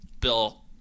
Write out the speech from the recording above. Bill